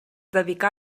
dedicà